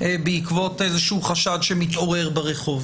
בעקבות איזשהו חשד שמתעורר ברחוב.